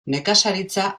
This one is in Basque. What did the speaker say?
nekazaritza